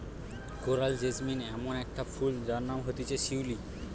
coral jasmine ইমন একটা ফুল যার নাম হতিছে শিউলি